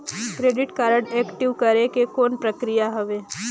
Credit card active करे के कौन प्रक्रिया हवे?